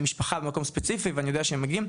משפחה ומקום ספציפי ואני יודע שהם מגיעים.